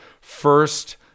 first